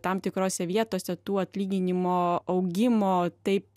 tam tikrose vietose tų atlyginimo augimo taip